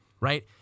right